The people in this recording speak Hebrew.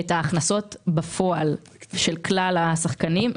את ההכנסות בפועל של כלל השחקנים.